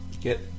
get